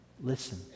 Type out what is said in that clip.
Listen